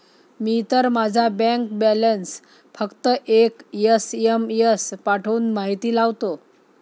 मी तर माझा bank balance फक्त एक एस.एम.एस पाठवून माहिती लावतो